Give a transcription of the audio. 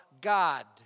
God